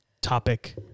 topic